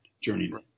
Journeyman